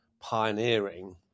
pioneering